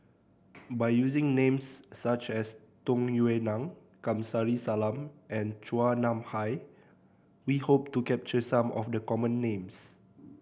by using names such as Tung Yue Nang Kamsari Salam and Chua Nam Hai we hope to capture some of the common names